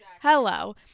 Hello